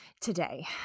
today